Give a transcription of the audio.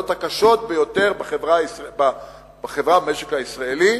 הקשות ביותר בחברה ובמשק הישראלי,